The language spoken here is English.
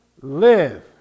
live